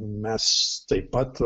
mes taip pat